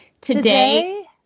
today